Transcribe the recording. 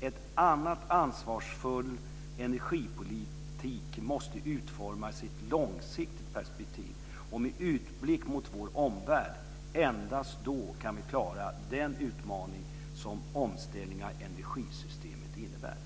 En annan ansvarsfull energipolitik måste utformas i ett långsiktigt perspektiv och med utblick mot vår omvärld. Endast då kan vi klara den utmaning som omställningen av energisystemet innebär.